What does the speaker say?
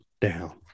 down